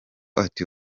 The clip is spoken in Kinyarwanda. ati